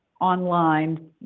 online